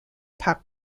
par